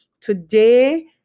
Today